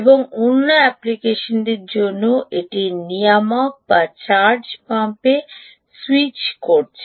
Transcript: এবং অন্য অ্যাপ্লিকেশনটির জন্য এটি নিয়ামক বা চার্জ পাম্পে স্যুইচ করছে